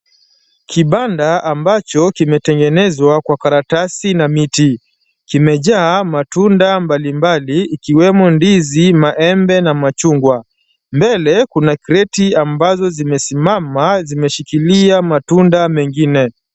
Kibanda ambacho kimetengenezwa kwa karatasi na miti. Kimejaa matunda mbalimbali ikiwemo ndizi, maembe na machungwa. Mbele kuna crate ambazo zimesimama zimeshikilia matunda mengine.